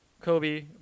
Kobe